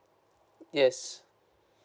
yes